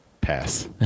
pass